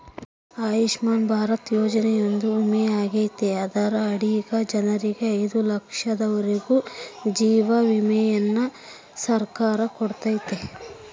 ಆಯುಷ್ಮನ್ ಭಾರತ ಯೋಜನೆಯೊಂದು ವಿಮೆಯಾಗೆತೆ ಅದರ ಅಡಿಗ ಜನರಿಗೆ ಐದು ಲಕ್ಷದವರೆಗೂ ಜೀವ ವಿಮೆಯನ್ನ ಸರ್ಕಾರ ಕೊಡುತ್ತತೆ